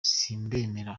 kimwe